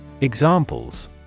Examples